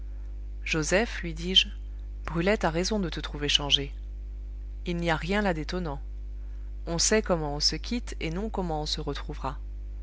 joseph lui dis-je brulette a raison de te trouver changé il n'y a rien là d'étonnant on sait comment on se quitte et non comment on se retrouvera